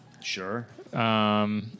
Sure